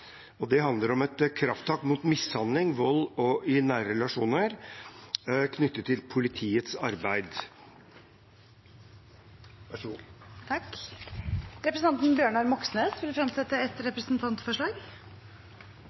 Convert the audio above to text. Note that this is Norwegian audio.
og meg selv, og det handler om et krafttak mot mishandling og vold i nære relasjoner, knyttet til politiets arbeid. Representanten Bjørnar Moxnes vil fremsette et